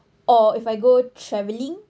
or if I go travelling